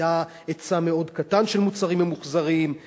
היה היצע מאוד קטן של מוצרים ממוחזרים,